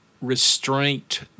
restraint